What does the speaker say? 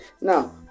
Now